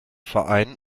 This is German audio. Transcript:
verein